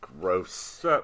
Gross